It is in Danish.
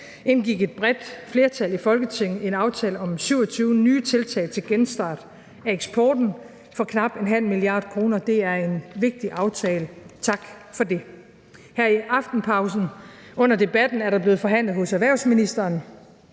indgik et bredt flertal i Folketinget en aftale om 27 nye tiltag til genstart af eksporten for knap 0,5 mia. kr. Det er en vigtig aftale. Tak for det. Her i aftenpausen under debatten er der blevet forhandlet hos erhvervsministeren